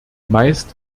meist